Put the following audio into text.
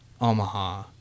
Omaha